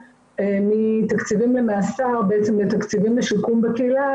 מתקציבים למאסר בעצם לתקציבים לשיקום בקהילה,